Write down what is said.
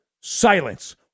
silence